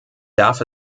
darf